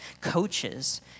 Coaches